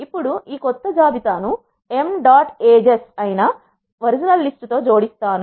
ఇప్పుడు ఈ కొత్త జాబితా ను ఎం డాట్ ఏజస్ అయినా అయినా ఒరిజినల్ లిస్టు తో జోడిస్తాను